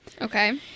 Okay